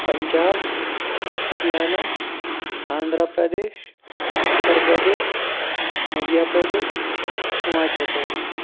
Punjab Haryana Andhra Pradesh Uttar Pradesh Madhya Pradesh Himachal Pradesh